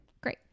Great